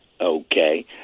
Okay